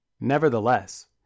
Nevertheless